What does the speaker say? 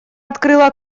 открыла